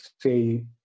say